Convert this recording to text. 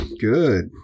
Good